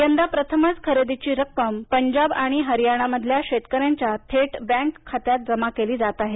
यंदा प्रथमच खरेदीची रक्कम पंजाब आणि हरयाणामधील शेतकऱ्यांच्या थेट बँक खात्यात जमा केली जात आहे